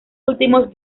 últimos